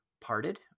parted